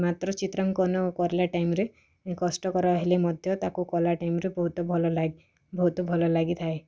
ମାତ୍ର ଚିତ୍ରାଙ୍କନ କରିଲା ଟାଇମ୍ରେ କଷ୍ଟକର ହେଲେ ମଧ୍ୟ ତାକୁ କଲା ଟାଇମ୍ରେ ବହୁତ ଭଲ ଲାଗେ ବହୁତ ଭଲ ଲାଗିଥାଏ